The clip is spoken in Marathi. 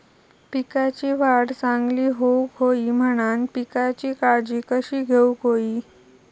पिकाची वाढ चांगली होऊक होई म्हणान पिकाची काळजी कशी घेऊक होई?